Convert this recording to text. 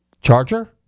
Charger